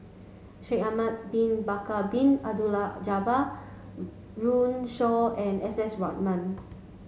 Shaikh Ahmad Bin Bakar Bin Abdullah Jabbar Runme Shaw and S S Ratnam